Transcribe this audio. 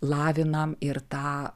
lavinam ir tą